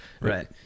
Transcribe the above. Right